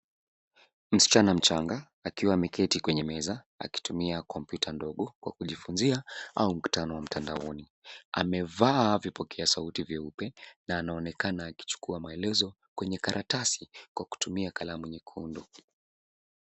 Msichana mchanga akiwa ameketi kwenye meza, akitumia kompyuta ndogo kwa kujifunzia au mkutano wa mtandaoni. Amevaa vipokea sauti vyeupe, na anaonekana akichukua maelezo kwenye karatasi kwa kutumia kalamu nyekundu.